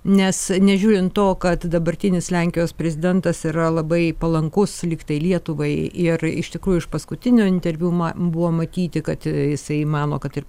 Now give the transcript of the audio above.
nes nežiūrint to kad dabartinis lenkijos prezidentas yra labai palankus lig tai lietuvai ir iš tikrųjų iš paskutinio interviu buvo matyti kad jisai mano kad ir